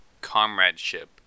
comradeship